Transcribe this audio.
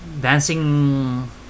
Dancing